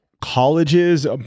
colleges